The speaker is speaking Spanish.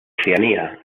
oceanía